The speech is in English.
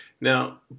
Now